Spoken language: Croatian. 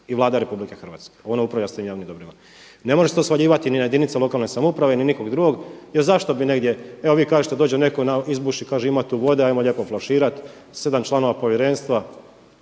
i Vlada RH. Ono upravlja s tim javnim dobrima. Ne može se to svaljivati ni na jedinice lokalne samouprave, ni nikog drugog. Jer zašto bi negdje. Evo vi kažete dođe netko izbuši, kaže ima tu vode, hajmo lijepo flaširati. 7 članova povjerenstva,